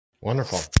Wonderful